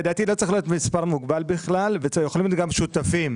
לדעתי לא צריך להיות מספר מוגבל ויכולים גם להיות שותפים.